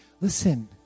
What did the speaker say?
Listen